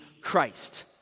Christ